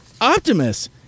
Optimus